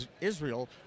Israel